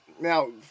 now